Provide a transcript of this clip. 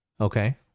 Okay